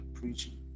preaching